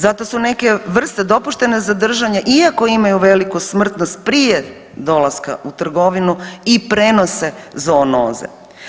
Zato su neke vrste dopuštene za držanje iako imaju veliku smrtnost prije dolaska u trgovinu i prenose zoonoze.